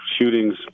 shootings